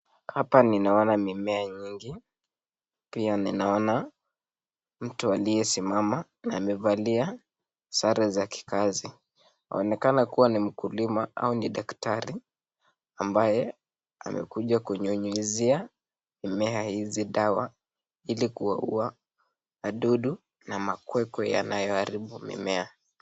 Hapa ninaona mimea nyingi pia ninaona mtu aliyesimama amevalia sare za kikazi. Anaonekana kuwa ni mkulima au daktari ambaye amekuja kunyunyizia mimea hizi dawa ili kuua madudu na makwekwe yanayo haribu mimea.